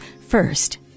First